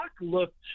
looked